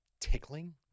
Tickling